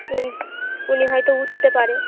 উনি উনি হয়তো উঠতে পারে